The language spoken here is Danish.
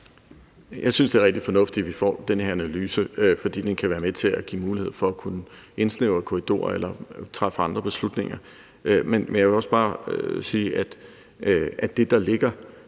Jeg synes, det er rigtig fornuftigt, at vi får den her analyse, fordi den kan være med til at give mulighed for at kunne indsnævre korridoren eller træffe andre beslutninger. Men jeg vil også bare sige, at det, der ligger